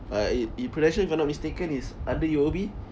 uh it it Prudential if I'm not mistaken is under U_O_B